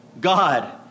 God